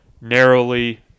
narrowly